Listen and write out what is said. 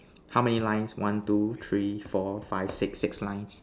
how many lines one two three four five six six lines